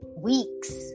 Weeks